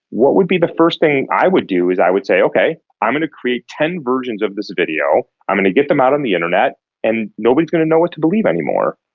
what would be the first thing i would do is i would say, okay, i'm going to create ten versions of this video, i'm going to get them out on the internet and nobody is going to know what to believe any more.